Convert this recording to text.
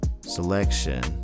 Selection